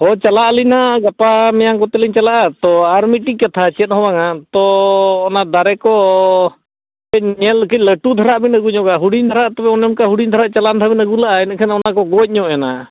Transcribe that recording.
ᱦᱳᱭ ᱪᱟᱞᱟᱜ ᱟᱹᱞᱤᱧ ᱱᱟᱦᱟᱜ ᱜᱟᱯᱟ ᱢᱮᱭᱟᱝ ᱠᱚᱛᱮ ᱞᱤᱧ ᱪᱟᱞᱟᱜᱼᱟ ᱛᱚ ᱟᱨ ᱢᱤᱫᱴᱤᱡ ᱠᱟᱛᱷᱟ ᱪᱮᱫ ᱦᱚᱸ ᱵᱟᱝᱟ ᱛᱚ ᱚᱱᱟ ᱫᱟᱨᱮ ᱠᱚ ᱠᱟᱹᱡ ᱧᱮᱞ ᱠᱟᱹᱡ ᱞᱟᱹᱴᱩ ᱫᱷᱟᱨᱟᱜᱼᱟ ᱵᱤᱱ ᱟᱹᱜᱩ ᱧᱚᱜᱼᱟ ᱦᱩᱰᱤᱧ ᱫᱷᱟᱨᱟ ᱛᱚᱵᱮ ᱚᱱᱠᱟ ᱦᱩᱰᱤᱧ ᱫᱷᱟᱨᱟᱜᱼᱟ ᱪᱟᱞᱟᱣᱮᱱ ᱫᱦᱟᱣ ᱵᱤᱱ ᱟᱹᱜᱩ ᱞᱮᱜᱼᱟ ᱮᱱᱠᱷᱟᱱ ᱚᱱᱟ ᱠᱚ ᱜᱚᱡ ᱧᱚᱜ ᱮᱱᱟ